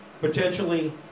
Potentially